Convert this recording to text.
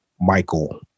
Michael